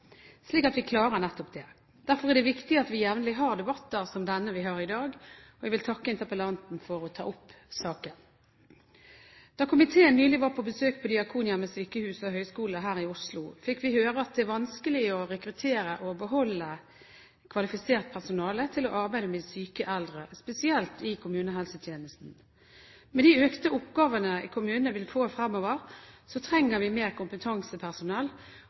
slik at vi klarer nettopp det. Derfor er det viktig at vi jevnlig har debatter som denne vi har i dag, og jeg vil takke interpellanten for å ta opp saken. Da komiteen nylig var på besøk på Diakonhjemmets sykehus og høgskole her i Oslo, fikk vi høre at det er vanskelig å rekruttere og beholde kvalifisert personale til å arbeide med syke eldre, spesielt i kommunehelsetjenesten. Med de økte oppgavene kommunene vil få fremover, trenger vi mer